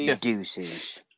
deuces